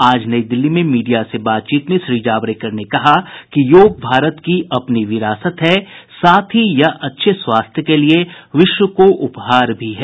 आज नई दिल्ली में मीडिया से बातचीत में श्री जावड़ेकर ने कहा कि योग भारत की अपनी विरासत है साथ ही यह अच्छे स्वास्थ्य के लिए विश्व को उपहार भी है